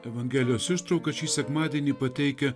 evangelijos ištrauka šį sekmadienį pateikia